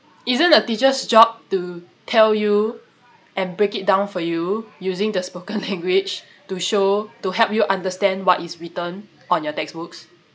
isn't a teacher's job to tell you and break it down for you using the spoken language to show to help you understand what is written on your textbooks